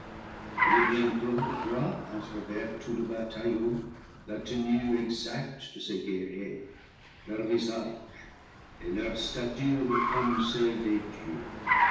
et bientôt voit à travers tout le bataillon la tenue exacte de ses guerriers leurs visages et leurs statures comme celles des dieux